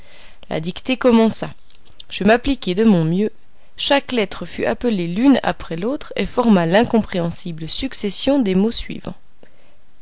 la dictée commença je m'appliquai de mon mieux chaque lettre fut appelée l'une après l'autre et forma l'incompréhensible succession des mots suivants